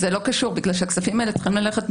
בגלל שהכספים האלה צריכים ללכת,